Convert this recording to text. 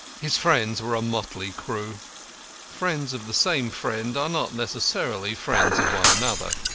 his friends were a motley crew friends of the same friend are not necessarily friends of one another.